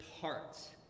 parts